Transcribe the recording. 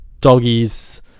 Doggies